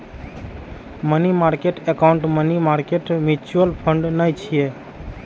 money market account money market mutual fund नै छियै